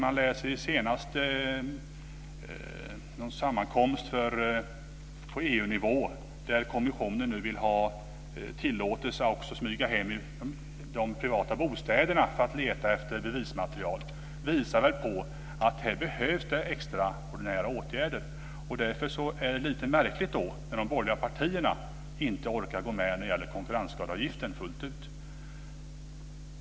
Man läser om någon sammankomst på EU-nivå där kommissionen nu vill ha tillåtelse att också smyga hem till de privata bostäderna för att leta efter bevismaterial. Det visar väl att det behövs extraordinära åtgärder här. Därför är det lite märkligt när de borgerliga partierna inte orkar gå med fullt ut när det gäller konkurrensskadeavgiften.